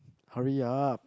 hurry up